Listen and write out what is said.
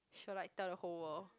she will like tell the whole world